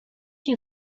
you